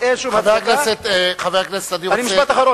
חבר הכנסת אלסאנע,